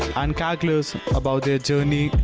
and calculus about their journey,